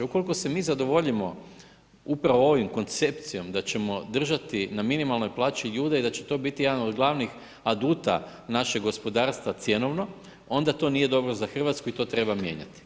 Ukoliko se mi zadovoljimo upravo ovom koncepcijom da ćemo držati na minimalnoj plaći ljude i da će to biti jedan od glavnih aduta našeg gospodarstva cjenovno, onda to nije dobro za Hrvatsku i to treba mijenjati.